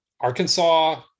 Arkansas